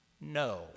No